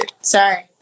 Sorry